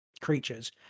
creatures